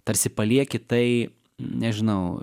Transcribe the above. tarsi palieki tai nežinau